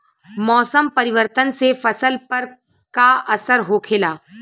मौसम परिवर्तन से फसल पर का असर होखेला?